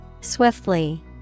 Swiftly